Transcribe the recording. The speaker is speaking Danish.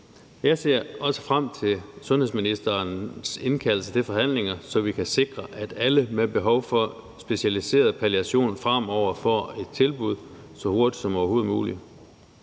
Jeg ser også frem til sundhedsministerens indkaldelse til forhandlinger, så vi kan sikre, at alle med behov for specialiseret palliation fremover får et tilbud så hurtigt som overhovedet muligt.